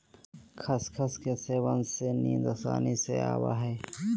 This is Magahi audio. खसखस के सेवन से नींद आसानी से आवय हइ